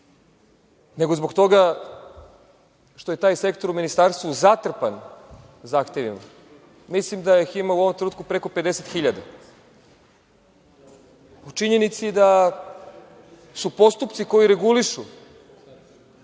nego zbog toga što je taj sektor u ministarstvu zatrpan zahtevima. Mislim, da ih ima u ovom trenutku preko 50.000. O činjenici da su postupci koji regulišu taj